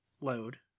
load